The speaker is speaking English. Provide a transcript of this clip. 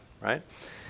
right